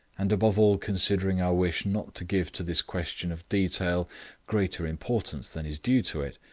and above all considering our wish not to give to this question of detail greater importance than is due to it,